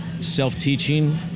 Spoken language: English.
self-teaching